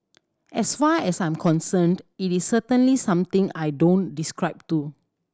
as far as I'm concerned it is certainly something I don't describe to